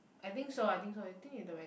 I think so I think so you think is the